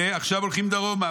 ועכשיו הולכים דרומה.